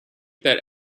that